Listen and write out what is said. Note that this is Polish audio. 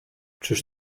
czyż